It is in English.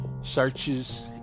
searches